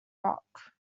rock